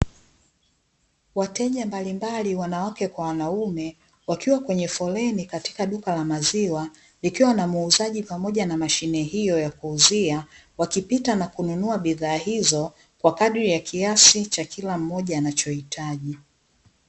Wateja mbalimbali wanawake kwa wanaume, wakiwa kwenye foleni katika duka la maziwa, likiwa na muuzaji pamoja na mashine hiyo ya kuuzia wakipita na kununua bidhaa hizo kwa kadri ya kiasi cha kila mmoja anachohitaji.